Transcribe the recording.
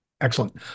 Excellent